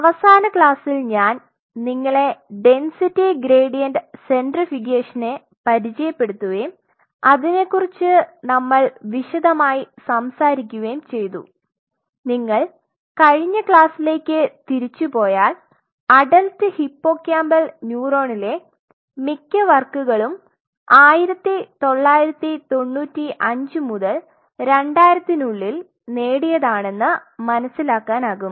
അവസാന ക്ലാസ്സിൽ ഞാൻ നിങ്ങളെ ഡെന്സിറ്റി ഗ്രേഡിയന്റ് സെൻട്രിഫ്യൂഗേഷനെ പരിചയപ്പെടുതുവേം അതിനെക്കുറിച്ച് നമ്മൾ വിശദമായി സംസാരികുവേം ചെയ്തു നിങ്ങൾ കഴിഞ്ഞ ക്ലാസ്സിലേക്ക് തിരിച്ചുപോയാൽ അഡൽറ്റ് ഹിപ്പോകാമ്പൽ ന്യൂറോണിലെ മിക്ക വർക്കുകളും 1995 മുതൽ 2000ന് ഉള്ളിൽ നേടിയതാണെന്ന് മനസ്സിലാകാനാക്കും